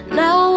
now